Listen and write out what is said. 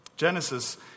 Genesis